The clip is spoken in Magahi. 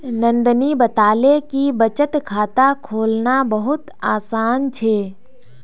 नंदनी बताले कि बचत खाता खोलना बहुत आसान छे